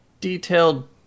detailed